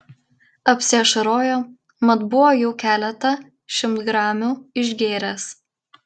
apsiašarojo mat buvo jau keletą šimtgramių išgėręs